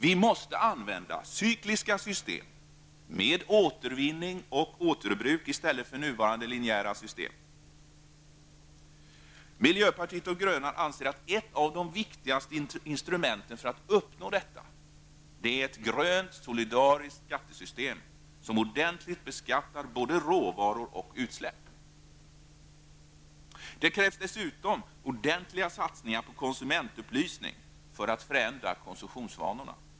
Vi måste använda cykliska system, med återvinning och återbruk, i stället för nuvarande linjära system. Miljöpartiet de gröna anser att ett av de viktigaste instrumenten för att uppnå detta är ett grönt, solidariskt skattesystem med en ordentlig beskattning av både råvaror och utsläpp. Det krävs dessutom stora satsningar på konsumentupplysning för att vi skall kunna förändra konsumtionsvanorna.